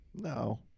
No